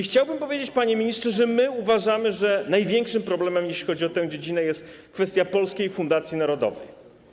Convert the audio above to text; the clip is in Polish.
Chciałbym powiedzieć, panie ministrze, że uważamy, że największym problemem, jeśli chodzi o tę dziedzinę, jest kwestia Polskiej Fundacji Narodowej.